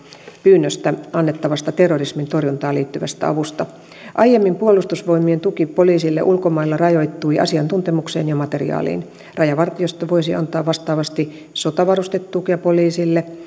pyynnöstä annettavasta terrorismin torjuntaan liittyvästä avusta aiemmin puolustusvoimien tuki poliisille ulkomailla rajoittui asiantuntemukseen ja materiaaliin rajavartiosto voisi antaa vastaavasti sotavarustetukea poliisille